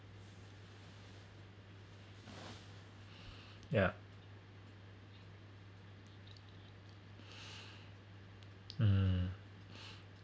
yeah um